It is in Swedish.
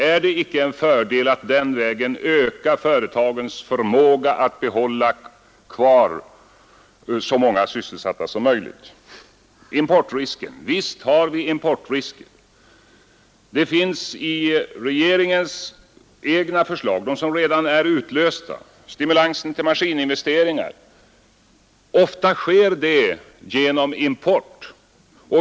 Är det icke till fördel att den vägen öka företagens förmåga att bibehålla så många sysselsatta som möjligt? Visst har vi importrisker. De finns med i de av regeringens egna förslag som redan är utlösta, t.ex. stimulansen till maskininvesteringar. Ofta verkställs sådana investeringar genom import.